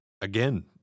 again